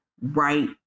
right